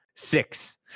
six